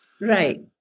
right